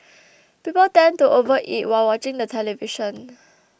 people tend to overeat while watching the television